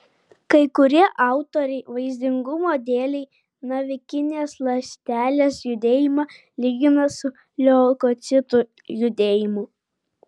kai kurie autoriai vaizdumo dėlei navikinės ląstelės judėjimą lygina su leukocitų judėjimu